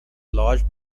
large